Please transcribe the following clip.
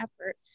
effort